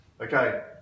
Okay